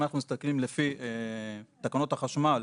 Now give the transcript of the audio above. אם אנחנו מסתכלים לפי תקנות החשמל,